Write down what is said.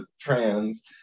trans